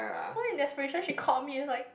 so in desperation she called me was like